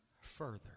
further